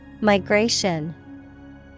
Migration